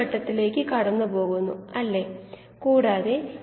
സാധാരണ ഒരു ബാച്ച് സാഹചര്യത്തിൽ നിങ്ങൾക്ക് പരമാവധി കോശ ഗാഢത ഉണ്ടാകും